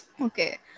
Okay